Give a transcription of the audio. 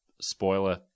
spoiler